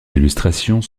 illustrations